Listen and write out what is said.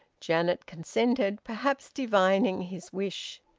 janet consented, perhaps divining his wish.